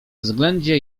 względzie